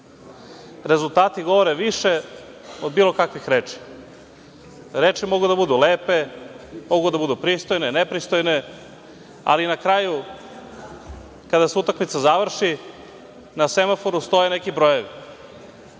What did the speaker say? Rezultati govore više od bilo kakve reči. Reči mogu da budu lepe, mogu da budu pristojne, nepristojne, ali na kraju, kada se utakmica završi na semaforu stoje neki brojevi